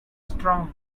strong